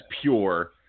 pure